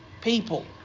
people